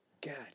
God